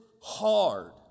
hard